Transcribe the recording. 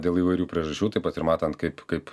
dėl įvairių priežasčių taip pat ir matant kaip kaip